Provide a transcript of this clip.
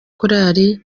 korali